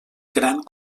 gran